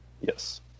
Yes